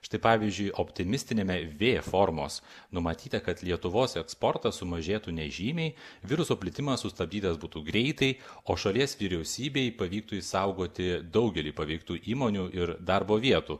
štai pavyzdžiui optimistiniame vė formos numatyta kad lietuvos eksportas sumažėtų nežymiai viruso plitimas sustabdytas būtų greitai o šalies vyriausybei pavyktų išsaugoti daugelį paveiktų įmonių ir darbo vietų